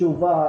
תשובה,